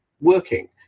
working